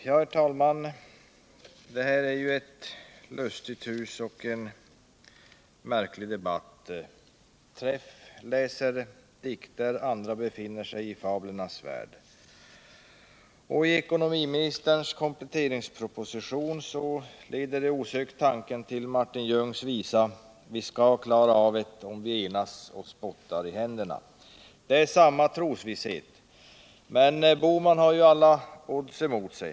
Herr talman! Det här är ett lustigt hus och en märklig debatt: Sven-Olov Träff läser dikter och andra befinner sig i Fablernas värld. Ekonomiministerns kompletteringsproposition leder osökt tanken till Martin Ljungs visa: Vi ska klara av'et om vi enas och spottar i händerna. Det är samma trosvisshet. Men herr Bohman har alla odds emot sig.